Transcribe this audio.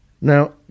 Now